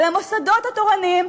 אל המוסדות התורניים,